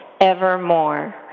evermore